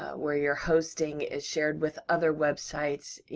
ah where your hosting is shared with other websites, you